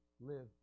live